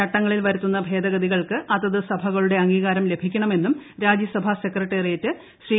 ചട്ടങ്ങളിൽ വരുത്തുന്നീട് ഭേദഗതികൾക്ക് അതത് സഭകളുടെ അംഗീകാരം ലഭിക്കണമെന്നുറ്ട് രാജ്യസഭ സെക്രട്ടേറിയറ്റ് ശ്രീ